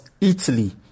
Italy